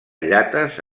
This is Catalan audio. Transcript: llates